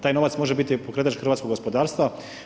Taj novac može biti pokretač hrvatskog gospodarstva.